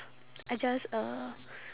I just uh